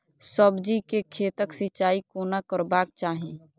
सब्जी के खेतक सिंचाई कोना करबाक चाहि?